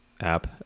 app